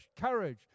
courage